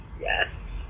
Yes